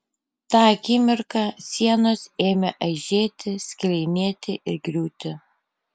tą akimirką sienos ėmė aižėti skilinėti ir griūti